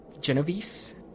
Genovese